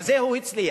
בזה הוא הצליח.